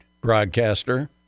broadcaster